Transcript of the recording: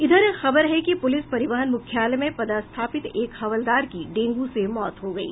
इधर खबर है कि पुलिस परिवहन मुख्यालय में पदस्थापित एक हवलदार की डेंगू से मौत हो गयी